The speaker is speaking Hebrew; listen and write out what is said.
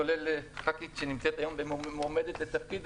כולל חברת כנסת שמועמדת היום לתפקיד,